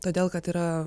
todėl kad yra